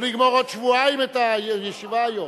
לא נגמור עוד שבועיים את הישיבה היום.